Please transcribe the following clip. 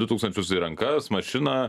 du tūkstančius į rankas mašiną